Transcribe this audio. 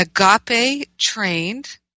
agape-trained